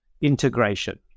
integration